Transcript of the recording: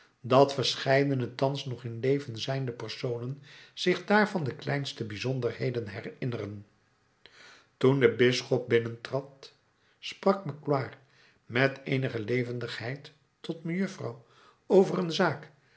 dat verscheiden thans nog in leven zijnde personen zich daarvan de kleinste bijzonderheden herinneren toen de bisschop binnentrad sprak magloire met eenige levendigheid tot mejuffrouw over een zaak